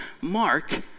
Mark